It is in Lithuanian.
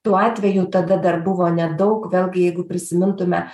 tų atvejų tada dar buvo nedaug vėlgi jeigu prisimintume